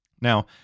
now